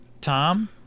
Tom